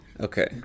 Okay